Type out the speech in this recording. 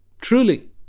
truly